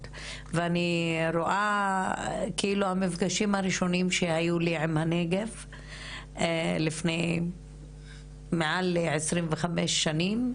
ואני רואה כאילו המפגשים הראשונים שהיו לי עם הנגב לפני מעל 25 שנים,